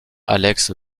alex